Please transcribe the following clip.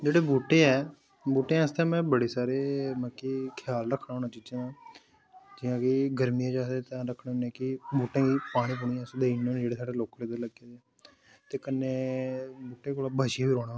जेह्डे़ बूह्टे ऐ बूह्टें आस्तै में बडे़ सारे मतलब कि ख्याल रखना होना चीजें दा जि'यां कि गर्मियें च अस ध्यान रखने होने कि बूह्टे ई पानी पूनी अस देई ओड़ने जेह्ड़े साढ़े लोकल इद्धर लग्गे दे ऐ ते कन्नै बूह्टे कोला बचियै गै रौह्ना होंदा